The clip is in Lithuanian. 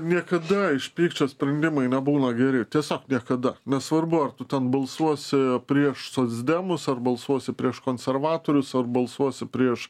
niekada iš pykčio sprendimai nebūna geri tiesiog niekada nesvarbu ar tu ten balsuosi prieš socdemus ar balsuosi prieš konservatorius ar balsuosi prieš